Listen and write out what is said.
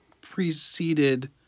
preceded